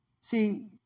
See